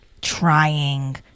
trying